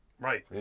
Right